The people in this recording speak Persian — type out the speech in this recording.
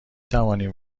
توانیم